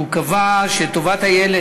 הוא קבע שטובת הילד